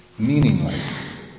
Meaningless